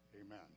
amen